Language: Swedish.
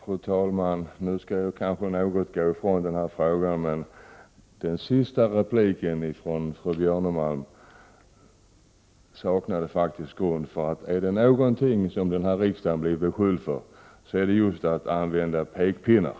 Prot. 1988/89:25 Fru talman! Nu går jag kanske något ifrån frågan, men den senaste 16 november 1988 repliken från fru Björnemalm saknade grund, för om det är något som